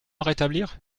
rétablir